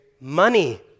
money